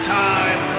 time